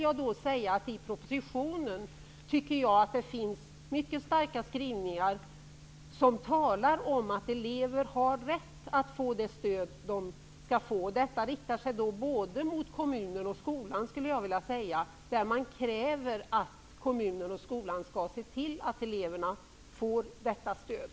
Jag tycker att det i propositionen finns mycket starka skrivningar om att elever har rätt att få det stöd de skall ha, och detta riktar sig både mot kommunen och skolan, skulle jag vilja säga. Man kräver att kommunen och skolan skall se till att eleverna får detta stöd.